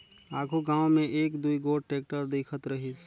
आघु गाँव मे एक दुई गोट टेक्टर दिखत रहिस